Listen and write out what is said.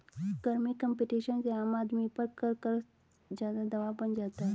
कर में कम्पटीशन से आम आदमी पर कर का ज़्यादा दवाब बन जाता है